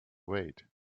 wait